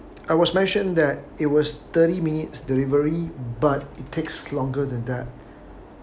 I was mentioned that it was thirty minutes delivery but it takes longer than that